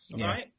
right